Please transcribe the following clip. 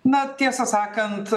na tiesą sakant